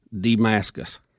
Damascus